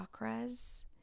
chakras